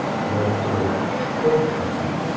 to make sure it's still protecting you.